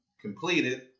completed